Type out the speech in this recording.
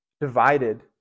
divided